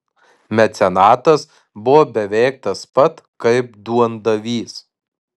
mecenatas buvo beveik tas pat kaip duondavys